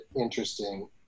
interesting